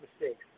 mistakes